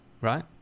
right